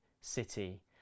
city